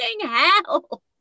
hell